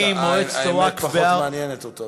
האמת פחות מעניינת אותו.